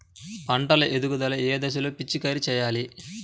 పంట ఎదుగుదల ఏ దశలో పిచికారీ చేయాలి?